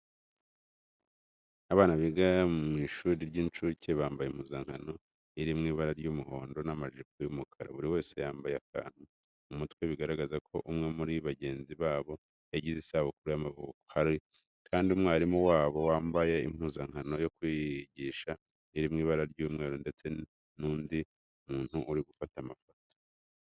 Abana biga mu ishuri ry'incuke, bambaye impuzankano iri mu ibara ry'umuhondo n'amajipo y'umukara. Buri wese yambaye akantu mu mutwe bigaragaza ko umwe muri bagenzi babo yagize isabukuru y'amavuko. Hari kandi umwarimu wabo wambaye impuzankano yo kwigisha iri mu ibara ry'umweru ndetse n'undi muntu uri gufata amafoto.